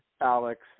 Alex